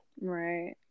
right